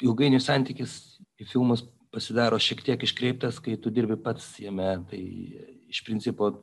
ilgainiui santykis į filmus pasidaro šiek tiek iškreiptas kai tu dirbi pats jame tai iš principo